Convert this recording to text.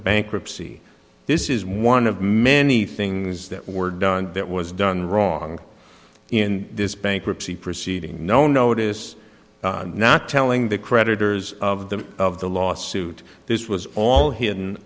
bankruptcy this is one of many things that were done that was done wrong in this bankruptcy proceeding no notice not telling the creditors of the of the lawsuit this was all hidden